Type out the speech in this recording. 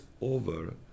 over